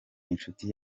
inshuti